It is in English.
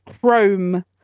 chrome